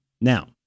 Now